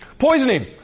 Poisoning